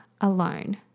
alone